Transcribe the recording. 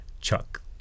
chuck